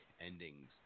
endings